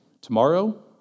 tomorrow